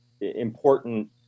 important